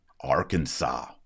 Arkansas